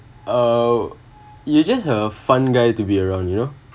uh you just a fun guy to be around you know